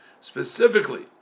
Specifically